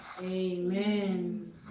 Amen